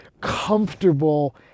comfortable